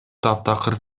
таптакыр